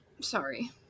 Sorry